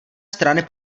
strany